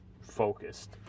focused